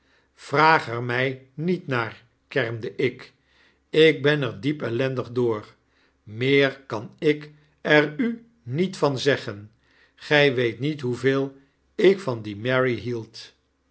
vraag er my niet naar kermde ik ik ben er diep ellendig door meer kan ik er u niet van zeggen gij weet niet hoeveel ik van die mary hield